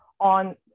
on